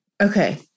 Okay